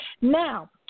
Now